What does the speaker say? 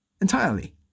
entirely